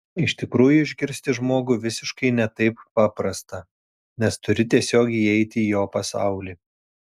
iš tikrųjų išgirsti žmogų visiškai ne taip paprasta nes turi tiesiog įeiti į jo pasaulį